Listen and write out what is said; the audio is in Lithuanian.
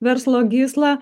verslo gysla